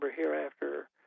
hereafter